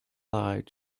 lied